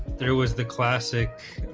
there was the classic